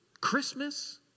Christmas